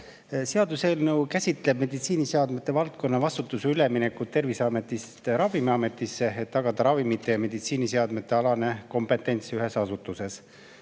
Seaduseelnõu käsitleb meditsiiniseadmete valdkonna vastutuse üleminekut Terviseametist Ravimiametisse, et tagada ravimite- ja meditsiiniseadmete alane kompetents ühes asutuses.